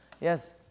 Yes